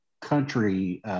country